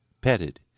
petted